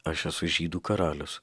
aš esu žydų karalius